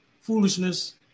foolishness